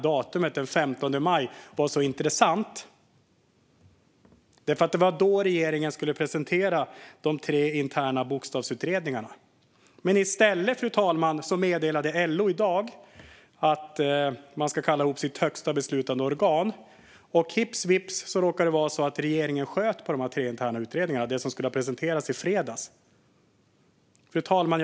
Datumet den 15 maj var så intressant för att det var då som regeringen skulle presentera de tre interna bokstavsutredningarna. Men i stället, fru talman, meddelade LO i dag att man ska kalla ihop sitt högsta beslutande organ, och hips vips råkade det bli så att regeringen sköt på de tre interna utredningarna som skulle ha presenterats i fredags. Fru talman!